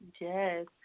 Yes